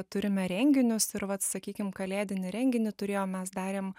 turime renginius ir vat sakykim kalėdinį renginį turėjo mes darėm